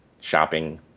shopping